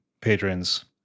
patrons